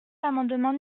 l’amendement